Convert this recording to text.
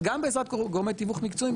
גם בעזרת גורמי תיווך מקצועיים,